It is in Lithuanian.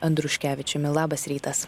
andriuškevičiumi labas rytas